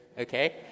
okay